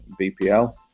BPL